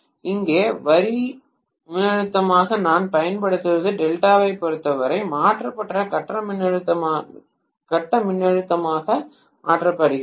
எனவே இங்கே வரி வரி மின்னழுத்தமாக நான் பயன்படுத்துவது டெல்டாவைப் பொருத்தவரை மாற்றப்பட்ட கட்ட மின்னழுத்தமாக மாற்றப்படுகிறது